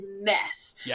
mess